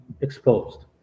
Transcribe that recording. exposed